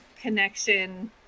connection